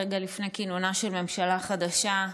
רגע לפני כינונה של ממשלה חדשה,